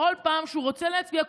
בכל פעם שהוא רוצה להצביע.